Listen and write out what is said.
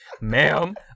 Ma'am